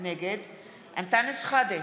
אנטאנס שחאדה,